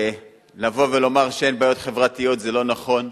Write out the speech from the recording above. לבוא ולומר שאין בעיות חברתיות זה לא נכון,